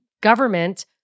government